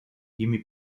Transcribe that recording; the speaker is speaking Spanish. jimmy